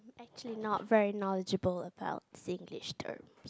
actually not very knowledgeable about Singlish term